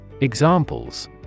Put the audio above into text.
Examples